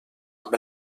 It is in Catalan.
amb